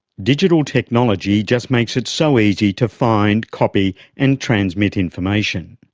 digital technology just makes it so easy to find, copy and transmit information.